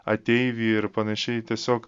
ateivį ir panašiai tiesiog